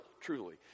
truly